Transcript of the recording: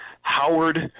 howard